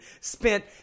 spent